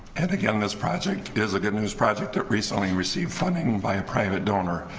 and again this project is a good-news project that recently received funding by a private donor